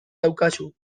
daukazu